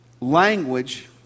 language